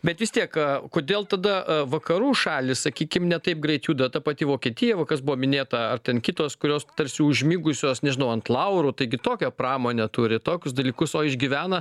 bet vis tiek kodėl tada vakarų šalys sakykim ne taip greit juda ta pati vokietija va kas buvo minėta ar ten kitos kurios tarsi užmigusios nežinau ant laurų taigi tokią pramonę turi tokius dalykus o išgyvena